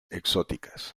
exóticas